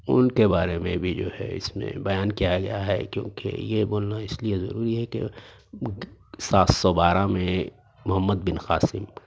ان کے بارے میں بھی جو ہے اس میں بیان کیا گیا ہے کیونکہ یہ بولنا اس لئے ضروری ہے کہ سات سو بارہ میں محمد بن قاسم